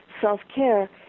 self-care